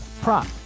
prop